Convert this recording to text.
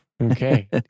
Okay